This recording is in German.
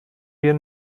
wir